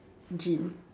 gin